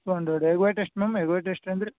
to hundred egg white ಎಷ್ಟು ma'am egg white ಎಷ್ಟಂದಿರಿ